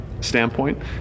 standpoint